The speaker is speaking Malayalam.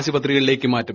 ആശുപത്രിയിലേയ്ക്ക് മാറ്റും